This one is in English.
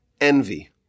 envy